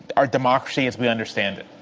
our democracy as we understand it.